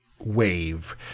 wave